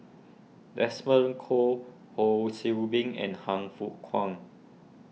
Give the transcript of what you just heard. Desmond Kon Ho See Beng and Han Fook Kwang